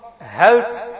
health